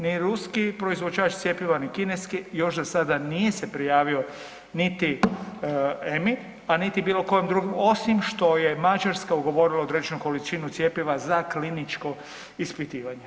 Ni ruski proizvođač cjepiva ni kineski još za sada nije se prijavio niti EMA-i, a niti bilo kojem drugom, osim što je Mađarska ugovorila određenu količinu cjepiva za kliničko ispitivanje.